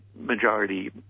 majority